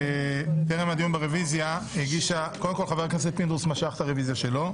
חבר הכנסת פינדרוס משך את הרביזיה שלו.